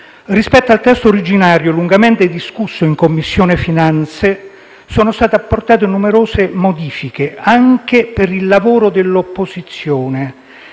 Rispetto al testo originario, lungamente discusso in Commissione finanze e tesoro, sono state apportate numerose modifiche anche per il lavoro dell'opposizione,